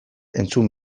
entzun